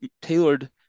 tailored